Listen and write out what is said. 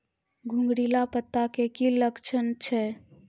घुंगरीला पत्ता के की लक्छण छै?